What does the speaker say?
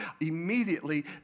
immediately